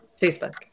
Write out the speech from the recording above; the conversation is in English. Facebook